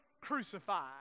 crucified